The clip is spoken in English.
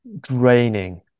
draining